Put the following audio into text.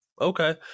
Okay